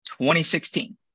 2016